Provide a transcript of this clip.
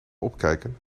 opkijken